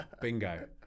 bingo